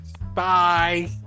Bye